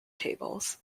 tables